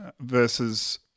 versus